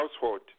household